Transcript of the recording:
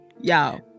Y'all